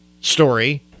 story